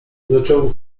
zaczęło